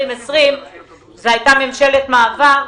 זו הייתה ממשלת מעבר,